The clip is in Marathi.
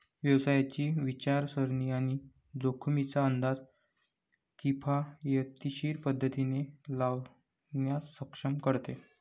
व्यवसायाची विचारसरणी आणि जोखमींचा अंदाज किफायतशीर पद्धतीने लावण्यास सक्षम करते